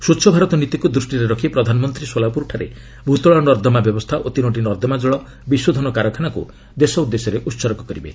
ସ୍ୱଚ୍ଚ ଭାରତ ନୀତିକୁ ଦୁଷ୍ଟିରେ ରଖି ପ୍ରଧାନମନ୍ତ୍ରୀ ସୋଲାପୁରଠାରେ ଭୂତଳ ନର୍ଦ୍ଦମା ବ୍ୟବସ୍ଥା ଓ ତିନୋଟି ନର୍ଦ୍ଦମା ଜଳ ବିଶୋଧନ କାରଖାନାକ୍ର ଦେଶ ଉଦ୍ଦେଶ୍ୟରେ ଉତ୍ସର୍ଗ କରିବେ